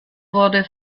wurde